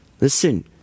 Listen